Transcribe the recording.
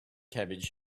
cabbage